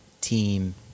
team